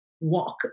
walk